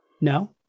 No